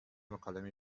مکالمه